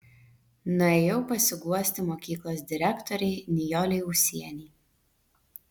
nuėjau pasiguosti mokyklos direktorei nijolei ūsienei